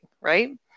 right